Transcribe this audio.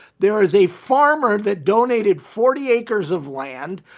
there was a farmer that donated forty acres of land,